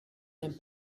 den